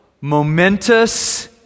momentous